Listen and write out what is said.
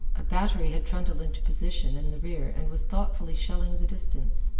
a battery had trundled into position in the rear and was thoughtfully shelling the distance.